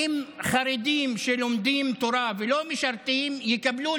האם חרדים שלומדים תורה ולא משרתים יקבלו,